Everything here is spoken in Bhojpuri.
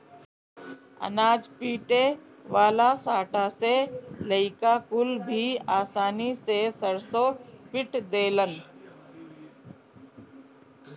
अनाज पीटे वाला सांटा से लईका कुल भी आसानी से सरसों पीट देलन